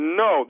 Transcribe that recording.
no